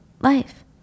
life